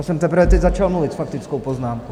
Já jsem teprve teď začal mluvit s faktickou poznámku.